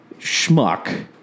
schmuck